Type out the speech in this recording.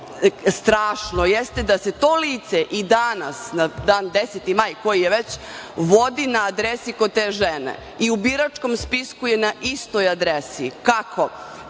strašno jeste da se to lice i danas, 10. maja, vodi na adresi kod te žene i u biračkom spisku je na istoj adresi. Kako?